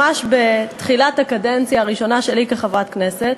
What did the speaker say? ממש בתחילת הקדנציה הראשונה שלי כחברת כנסת,